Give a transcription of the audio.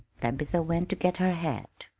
tabitha went to get her hat.